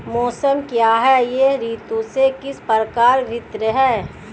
मौसम क्या है यह ऋतु से किस प्रकार भिन्न है?